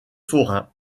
forains